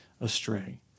astray